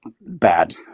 bad